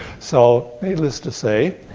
so, needless to say,